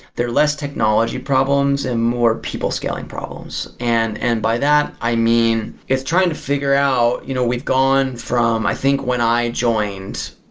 they're less technology problems and more people scaling problems. and and by that, i mean, it's trying to figure out you know we've gone from i think when i joined,